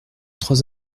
trois